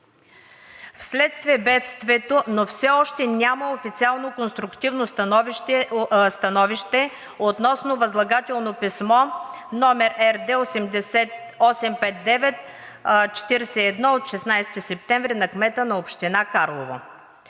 Вследствие бедствието, но все още няма официално конструктивно становище относно възлагателно писмо № РД 85941 от 16 септември на кмета на община Карлово.